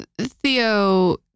Theo